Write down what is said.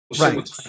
Right